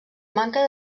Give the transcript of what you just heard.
manca